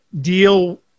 deal